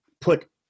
put